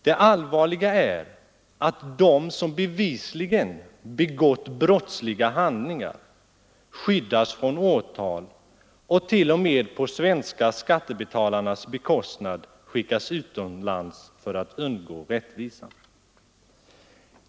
Det allvarliga är att de som bevisligen begått brottsliga handlingar skyddas från åtal och t.o.m. på svenska skattebetalarnas bekostnad skickats utomlands för att undgå rättvisan.